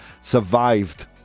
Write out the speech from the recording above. survived